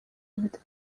with